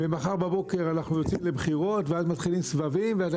ומחר בבוקר אנחנו יוצאים לבחירות ואז מתחילים סבבים ואז אתה